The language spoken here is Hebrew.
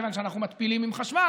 כיוון שאנחנו מתפילים עם חשמל,